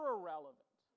Irrelevant